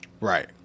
Right